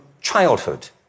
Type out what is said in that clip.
childhood